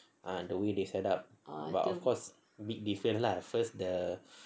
ah the way they set up but of course a bit different lah first the